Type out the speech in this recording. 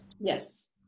Yes